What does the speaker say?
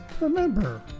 Remember